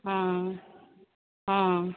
ହଁ ହଁ